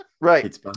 Right